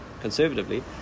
conservatively